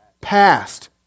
Past